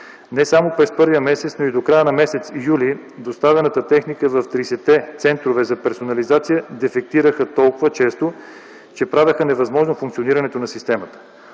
Не само през първия месец, но и до края на м. юли доставената техника в трийсетте центрове за персонализация дефектираха толкова често, че правеха невъзможно функционирането на системата.